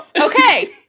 Okay